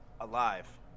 Alive